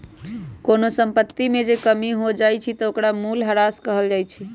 कोनो संपत्ति में जे कमी हो जाई छई ओकरा मूलहरास कहल जाई छई